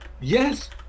Yes